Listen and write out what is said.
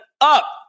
up